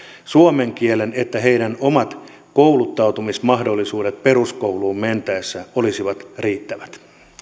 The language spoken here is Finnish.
suomen kielen niin että heidän omat kouluttautumismahdollisuutensa peruskouluun mentäessä olisivat riittävät